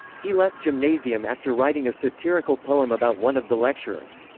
he left gymnasium after writing a satirical poem about one of the lecturers.